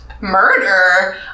murder